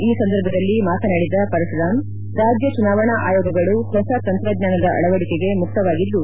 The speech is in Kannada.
ಈ ಸಂದರ್ಭದಲ್ಲಿ ಮಾತನಾಡಿದ ಪರಶುರಾಂ ರಾಜ್ಯ ಚುನಾವಣಾ ಆಯೋಗಗಳು ಹೊಸ ತಂತ್ರಜ್ಞಾನದ ಅಳವಡಿಕೆಗೆ ಮುಕ್ತವಾಗಿದ್ದು